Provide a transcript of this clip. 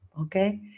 Okay